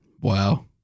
Wow